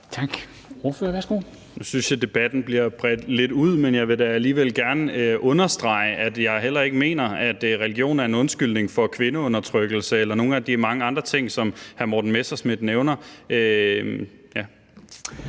Nu synes jeg, at debatten bliver bredt lidt ud, men jeg vil da alligevel gerne understrege, at jeg heller ikke mener, at religion er en undskyldning for kvindeundertrykkelse eller nogle af de mange andre ting, som hr. Morten Messerschmidt nævner.